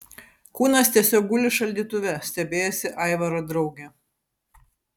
kūnas tiesiog guli šaldytuve stebėjosi aivaro draugė